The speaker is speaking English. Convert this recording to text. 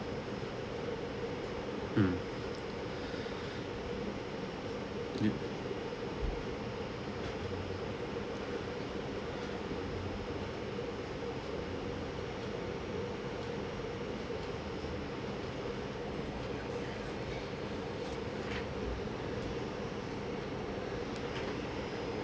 hmm